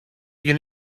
you